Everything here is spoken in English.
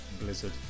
Blizzard